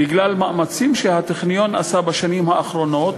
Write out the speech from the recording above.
בגלל מאמצים שהטכניון עשה בשנים האחרונות,